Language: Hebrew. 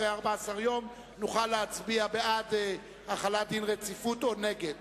אחרי 14 יום נוכל להצביע בעד החלת דין רציפות או נגד.